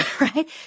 right